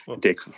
take